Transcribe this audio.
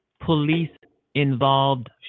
police-involved